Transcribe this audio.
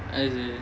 I see